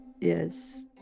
yes